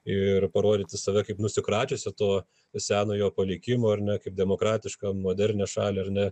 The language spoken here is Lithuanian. ir parodyti save kaip nusikračiusią to senojo palikimo ar ne kaip demokratišką modernią šalį ar ne